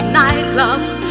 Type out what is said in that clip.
nightclubs